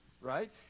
right